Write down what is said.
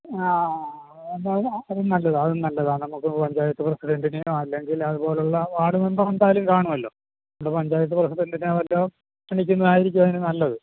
ആ അതും നല്ലതാണ് അതും നല്ലതാണ് നമുക്ക് പഞ്ചായത്ത് പ്രസിഡണ്ടിനെയോ അല്ലെങ്കിൽ അതുപോലുള്ള വാർഡ് മെമ്പർ എന്തായാലും കാണുവല്ലോ പഞ്ചായത്ത് പ്രസിഡണ്ടിനെയോ മറ്റോ വിളിക്കുന്നതായിരിക്കും അതിന് നല്ലത്